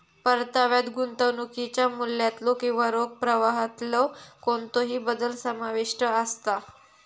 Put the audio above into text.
परताव्यात गुंतवणुकीच्या मूल्यातलो किंवा रोख प्रवाहातलो कोणतोही बदल समाविष्ट असता